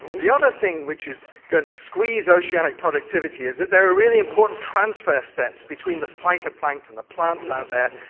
the other thing which is going to squeeze oceanic productivity is that there are really important transfer steps between the phytoplankton, the plants out there,